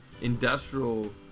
industrial